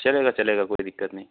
चलेगा चलेगा कोई दिक्कत नहीं